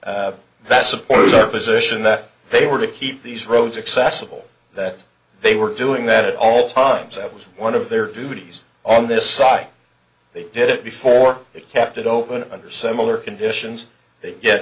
anything that supports their position that they were to keep these roads accessible that they were doing that at all times that was one of their duties on this side they did it before it kept it open under similar conditions they get